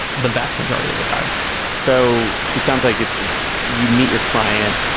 the vast majority of the time so it sounds like it's you meet your client.